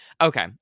Okay